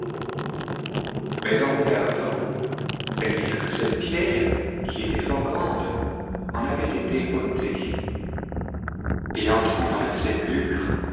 mais en regardant elles virent que cette pierre qui était fort grande en avait été ôtée et entrant clans le sépulcre